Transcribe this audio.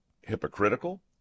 hypocritical